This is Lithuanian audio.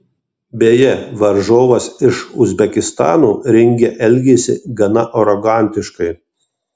beje varžovas iš uzbekistano ringe elgėsi gana arogantiškai